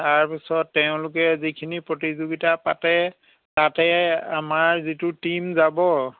তাৰ পিছত তেওঁলোকে যিখিনি প্ৰতিযোগিতা পাতে তাতে আমাৰ যিটো টিম যাব